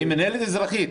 אבל היא מינהלת אזרחית.